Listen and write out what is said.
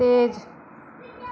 तेज